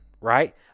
right